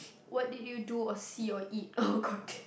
what did you do or see or eat oh god damn